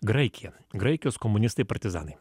graikija graikijos komunistai partizanai